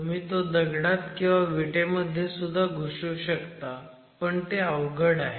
तुम्ही तो दगडात किंवा विटेमध्ये सुद्धा घुसवू शकता पण ते अवघड आहे